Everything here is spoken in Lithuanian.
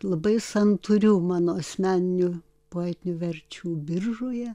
labai santūrių mano asmeninių poetinių verčių biržoje